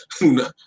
No